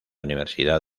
universidad